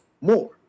more